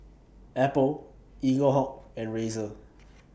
Apple Eaglehawk and Razer